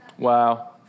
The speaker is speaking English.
Wow